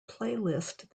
playlist